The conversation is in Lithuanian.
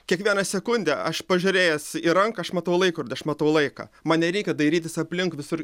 kiekvieną sekundę aš pažiūrėjęs į ranką aš matau laikrodį aš matau laiką man nereikia dairytis aplink visur